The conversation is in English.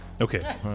Okay